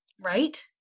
Right